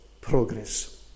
progress